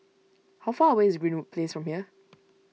how far away is Greenwood Place from here